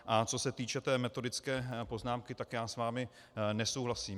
A co se týče té metodicky poznámky, tak já s vámi nesouhlasím.